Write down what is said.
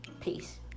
Peace